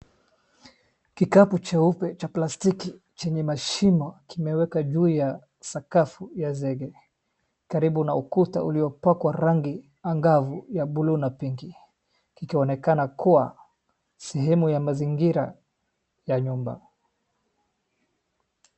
Kikapu cheupe cha plastiki chenye mashimo kimewekwa juu ya sakafu ya zege karibu na ukuta uliopakwa rangi angavu ya bulu na pink, kikionekana kuwa sehemu ya mazingira ya nyumba.